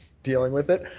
dealing with it.